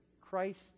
Christ